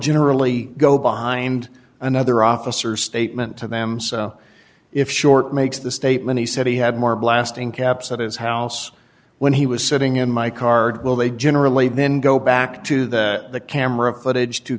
generally go behind another officer statement to them so if short makes the statement he said he had more blasting caps at his house when he was sitting in my car will they generally then go back to that the camera footage to